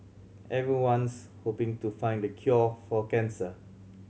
everyone's hoping to find the cure for cancer